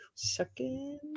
second